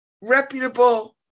Reputable